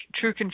true